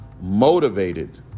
Motivated